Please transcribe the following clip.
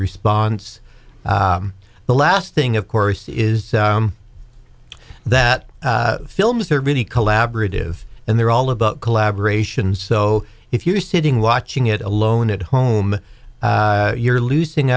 response the last thing of course is that films are really collaborative and they're all about collaboration so if you're sitting watching it alone at home you're losing